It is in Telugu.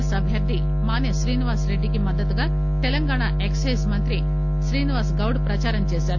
ఎస్ అభ్యర్థి మాసే శ్రీనివాసరెడ్డికి మద్దతుగా తెలంగాణ ఎక్సెజ్ మంత్రి క్రీనివాస గౌడ్ ప్రదారం చేశారు